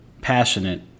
passionate